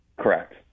Correct